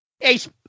Ace